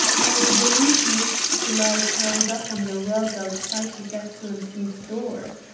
i believe he used to lie curled up on the rug outside his excellency's door.